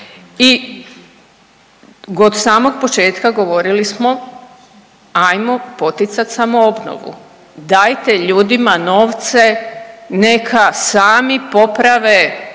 i od samog početka govorili smo ajmo poticati samoobnovu. Dajte ljudima novce neka sami poprave